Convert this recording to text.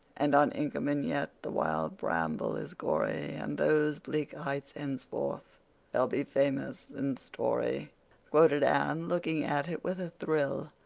and on inkerman yet the wild bramble is gory, and those bleak heights henceforth shall be famous in story quoted anne, looking at it with a thrill.